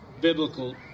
biblical